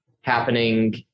happening